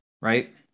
Right